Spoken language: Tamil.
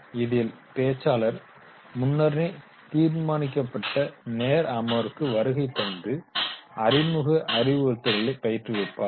இதில் பேச்சாளர் முன்னரே தீர்மானிக்கப்பட்ட நேர அமர்வுக்கு வருகை தந்து அறிமுக அறிவுறுத்தல்களை பயிற்றுவிப்பாளர்